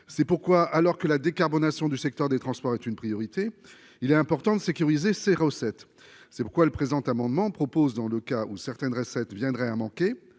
c'est pourquoi, alors que la décarbonation du secteur des transports est une priorité, il est important de sécuriser ses recettes, c'est pourquoi le présent amendement propose, dans le cas où certaines recettes viendrait à manquer,